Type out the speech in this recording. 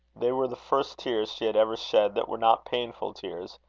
they were the first tears she had ever shed that were not painful tears.